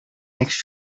next